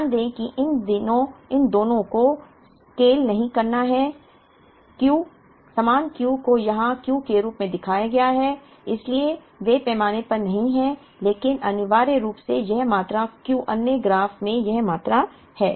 ध्यान दें कि इन दोनों को स्केल नहीं करना है Q समान Q को यहाँ Q के रूप में दिखाया गया है इसलिए वे पैमाने पर नहीं हैं लेकिन अनिवार्य रूप से यह मात्रा Q अन्य ग्राफ़ में यह मात्रा है